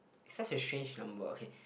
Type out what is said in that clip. such a shave number okay